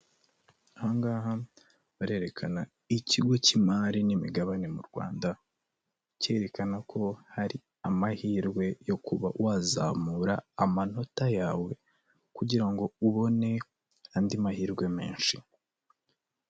Aha ngaha barerekana ikigo cy'imari n'imigabane m'u Rwanda, cyerekana ko hari amahirwe yo kuba wazamura amanota yawe kugira ngo ubone andi mahirwe menshi.